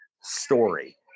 story